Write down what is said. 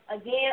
Again